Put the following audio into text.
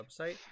website